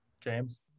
james